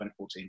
2014